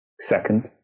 second